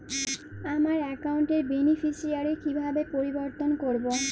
আমার অ্যাকাউন্ট র বেনিফিসিয়ারি কিভাবে পরিবর্তন করবো?